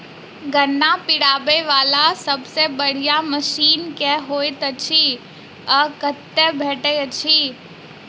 गन्ना पिरोबै वला सबसँ बढ़िया मशीन केँ होइत अछि आ कतह भेटति अछि?